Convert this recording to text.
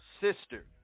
sister